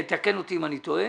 תקן אותי אם אני טועה